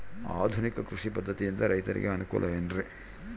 ಆಧುನಿಕ ಕೃಷಿ ಪದ್ಧತಿಯಿಂದ ರೈತರಿಗೆ ಅನುಕೂಲ ಏನ್ರಿ?